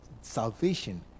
salvation